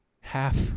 Half